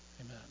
Amen